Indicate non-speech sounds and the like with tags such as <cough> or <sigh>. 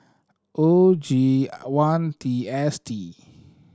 O G <unintelligible> one T S D